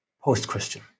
Post-Christian